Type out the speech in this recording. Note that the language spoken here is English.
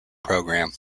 program